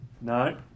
No